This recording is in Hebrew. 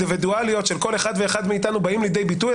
האינדיבידואליות של כל אחד ואחד מאיתנו באים לידי ביטוי.